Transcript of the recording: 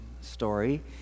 story